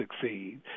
succeed